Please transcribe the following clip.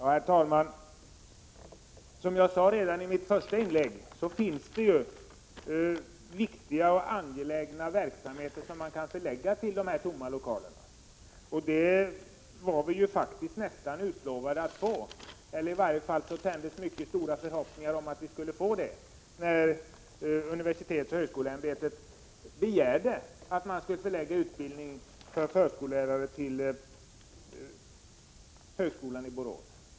Herr talman! Som jag sade redan i mitt första inlägg finns det viktiga och angelägna verksamheter som man kan förlägga till dessa tomma lokaler. Vi var faktiskt nästan lovade — i varje fall väcktes mycket stora förhoppningar — att vi skulle få det, när universitetsoch högskoleämbetet begärde att man skulle förlägga utbildning av förskollärare till högskolan i Borås.